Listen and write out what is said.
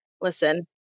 Listen